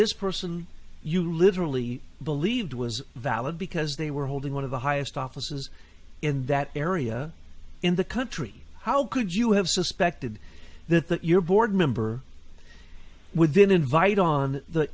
this person you literally believed was valid because they were holding one of the highest offices in that area in the country how could you have suspected that that your board member would then invite on the